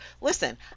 Listen